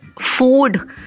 food